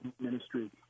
ministry